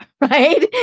right